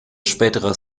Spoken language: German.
späterer